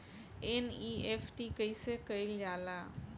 NEFT कइसे कइल जाला?